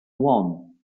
one